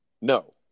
No